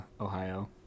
Ohio